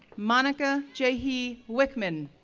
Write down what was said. monica jaehee wichmann,